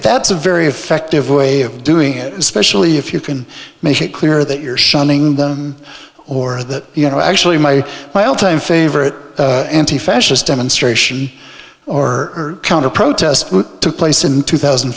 that's a very effective way of doing it especially if you can make it clear that you're shunning them or that you know actually my my all time favorite fascist demonstration or counter protest took place in two thousand